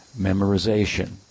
memorization